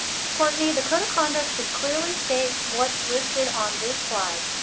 courtney, the code of conduct should clearly state what's listed on this slide.